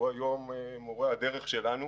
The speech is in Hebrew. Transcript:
היום הוא מורה הדרך שלנו